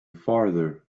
farther